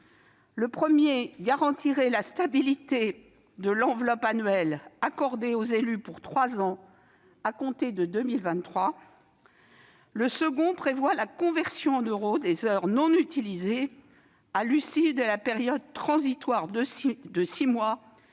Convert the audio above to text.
Le premier vise à garantir la stabilité de l'enveloppe annuelle accordée aux élus pour trois ans, à compter de 2023. Le second a pour objet de prévoir la conversion en euros des heures non utilisées à l'issue de la période transitoire de six mois